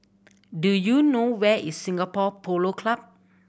do you know where is Singapore Polo Club